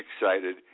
excited